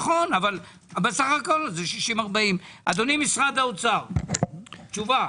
בסך הכול זה 60-40. אדוני משרד האוצר, תשובה.